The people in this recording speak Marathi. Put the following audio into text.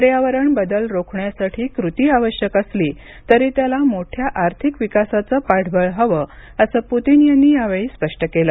पर्यावरण बदल रोखण्यासाठी कृती आवश्यक असली तरी त्याला मोठ्या आर्थिक विकासाचं पाठबळ हवं असं पुतीन यांनी यावेळी स्पष्ट केलं